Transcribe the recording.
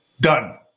done